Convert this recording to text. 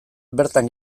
bertan